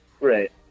Right